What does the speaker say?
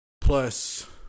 Plus